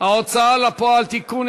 ההוצאה לפועל (תיקון,